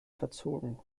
verzogen